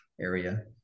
area